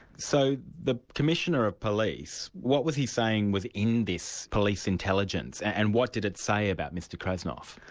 so the commissioner of police, what was he saying was in this police intelligence, and what did it say about mr krasnov?